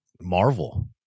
Marvel